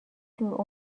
دور